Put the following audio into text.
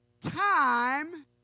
time